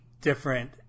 different